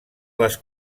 les